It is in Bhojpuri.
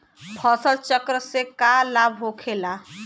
फसल चक्र से का लाभ होखेला?